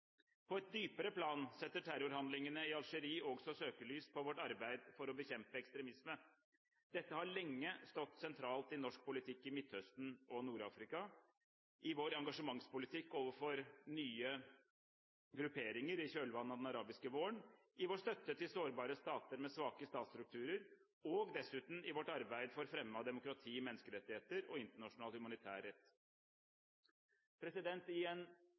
På et dypere plan setter terrorhandlingen i Algerie også søkelyset på vårt arbeid for å bekjempe ekstremisme. Dette har lenge stått sentralt i norsk politikk i Midtøsten og Nord-Afrika, i vår engasjementspolitikk overfor nye grupperinger i kjølvannet av den arabiske våren, i vår støtte til sårbare stater med svake statsstrukturer, og dessuten i vårt arbeid for fremme av demokrati, menneskerettigheter og internasjonal